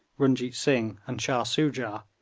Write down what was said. runjeet singh, and shah soojah,